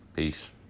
Peace